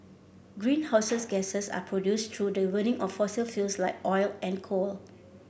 greenhouses gases are produced through the burning of fossil fuels like oil and coal